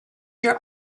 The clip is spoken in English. your